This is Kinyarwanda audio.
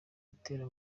butera